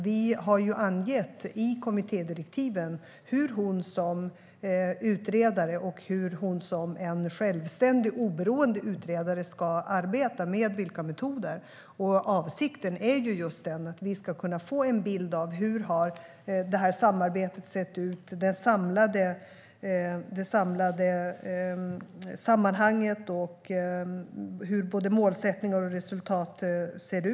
Vi har angett i kommittédirektiven hur och med vilka metoder Tone Tingsgård ska arbeta som självständig, oberoende utredare. Avsikten är just den att vi ska kunna få en bild av hur det här samarbetet har sett ut, av det samlade sammanhanget och av hur både målsättning och resultat ser ut.